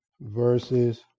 verses